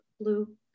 blue